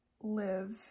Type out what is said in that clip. live